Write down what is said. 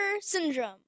syndrome